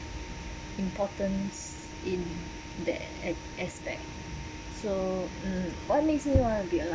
importance in that as~ aspect so um what makes me want to be alive